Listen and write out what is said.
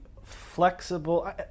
Flexible